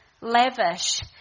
lavish